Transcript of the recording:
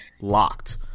locked